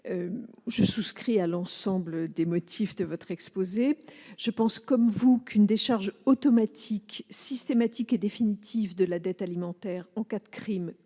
je souscris à l'ensemble des motifs de votre exposé. Je pense comme vous qu'une décharge automatique, systématique et définitive de la dette alimentaire en cas de crime